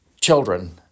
children